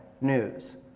news